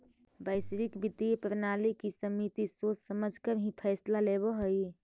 वैश्विक वित्तीय प्रणाली की समिति सोच समझकर ही फैसला लेवअ हई